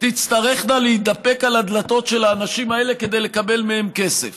תצטרכנה להידפק על הדלתות של האנשים האלה כדי לקבל מהם כסף.